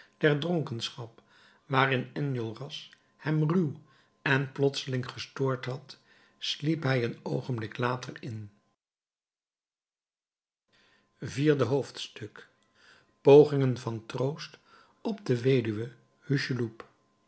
der dronkenschap waarin enjolras hem ruw en plotseling gestort had sliep hij een oogenblik later in vierde hoofdstuk pogingen van troost op de weduwe hucheloup